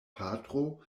patro